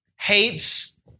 hates